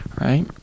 right